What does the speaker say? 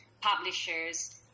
publishers